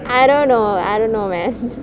I don't know I don't know man